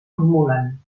formulen